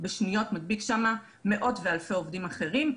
בשניות מדביק שם מאות ואלפי עובדים אחרים,